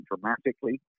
dramatically